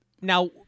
Now